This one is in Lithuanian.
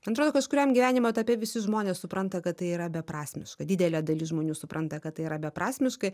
man atrodo kažkuriam gyvenimo etape visi žmonės supranta kad tai yra beprasmiška didelė dalis žmonių supranta kad tai yra beprasmiška